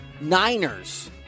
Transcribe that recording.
Niners